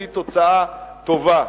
והיא תוצאה טובה.